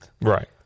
Right